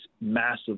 massive